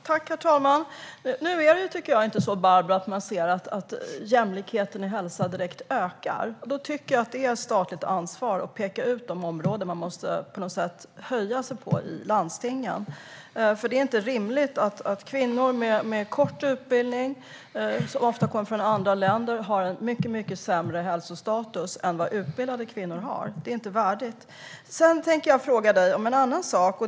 Herr talman! Jag tycker inte, Barbro, att man ser att jämlikheten när det gäller hälsa direkt ökar. Då tycker jag att det är ett statligt ansvar att peka ut de områden där man på något sätt måste höja sig i landstingen. Det är inte rimligt att kvinnor med kort utbildning och som ofta kommer från andra länder har en mycket sämre hälsostatus än vad utbildade kvinnor har. Det är inte värdigt. Sedan tänker jag fråga dig om en annan sak.